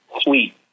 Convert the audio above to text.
sweet